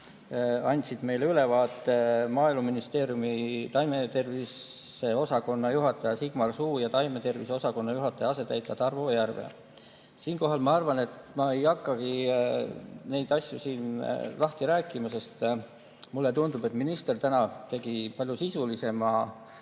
andsid meile ülevaate Maaministeeriumi taimetervise osakonna juhataja Sigmar Suu ja taimetervise osakonna juhataja asetäitja Tarvo Järve. Ma arvan, et ma ei hakka neid asju siin lahti rääkima, sest mulle tundub, et minister tegi täna palju sisulisema